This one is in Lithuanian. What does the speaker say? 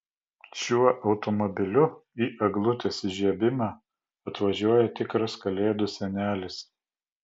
šiuo automobiliu į eglutės įžiebimą atvažiuoja tikras kalėdų senelis